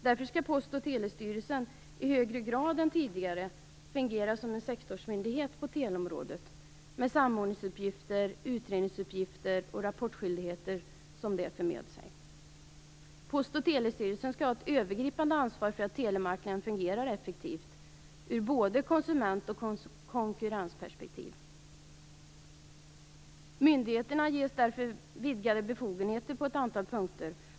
Därför skall Post och telestyrelsen i högre grad än tidigare fungera som en sektorsmyndighet på teleområdet, med de samordningsuppgifter, utredningsuppgifter och rapporteringsskyldigheter som det för med sig. Post och telestyrelsen skall ha ett övergripande ansvar för att telemarknaden fungerar effektivt ur både konsument och konkurrensperspektiv. Myndigheten ges därför vidgade befogenheter på ett antal punkter.